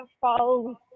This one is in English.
falls